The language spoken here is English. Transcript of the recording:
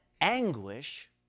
anguish